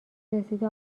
رسیده